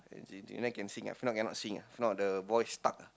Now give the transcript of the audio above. energy drink then can sing ah if not cannot sing ah if not the voice stuck ah